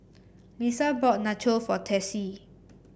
Lissa bought Nacho for Texie